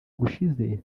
gushize